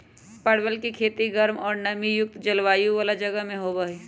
परवल के खेती गर्म और नमी युक्त जलवायु वाला जगह में होबा हई